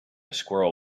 squirrel